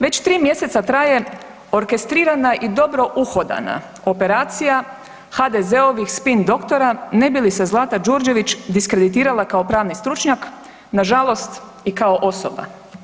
Već tri mjeseca traje orkestrirana i dobro uhodana operacija HDZ-ovih spin doktora, ne bi li se Zlata Đurđević diskreditirala kao pravni stručnjak, nažalost i kao osoba.